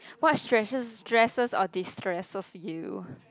what stresses stresses or destresses you